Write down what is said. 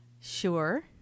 Sure